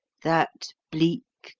that bleak,